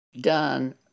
done